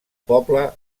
poble